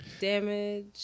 damage